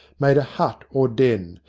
made a hut or den,